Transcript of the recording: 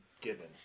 given